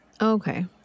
okay